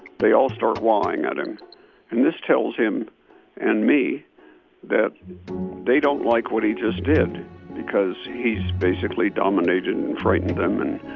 they all start waaing at him. and this tells him and me that they don't like what he just did because he's basically dominating and frightening them and